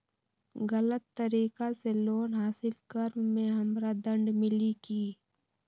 गलत तरीका से लोन हासिल कर्म मे हमरा दंड मिली कि?